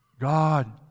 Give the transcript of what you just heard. God